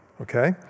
Okay